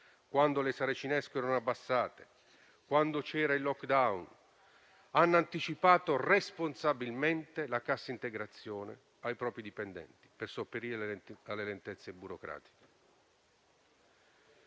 e le saracinesche erano abbassate, durante il *lockdown*, hanno anticipato responsabilmente la cassa integrazione ai propri dipendenti per sopperire alle lentezze burocratiche.